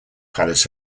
palace